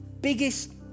Biggest